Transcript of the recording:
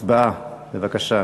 הצבעה, בבקשה.